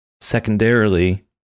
secondarily